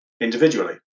individually